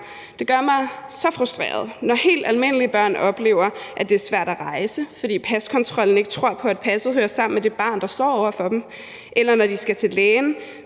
Det gør mig så frustreret, når helt almindelige børn oplever, at det er svært at rejse, fordi paskontrollen ikke tror på, at passet hører sammen med det barn, der står over for dem, eller når de skal til lægen,